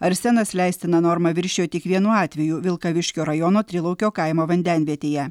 arsenas leistiną normą viršijo tik vienu atveju vilkaviškio rajono trilaukio kaimo vandenvietėje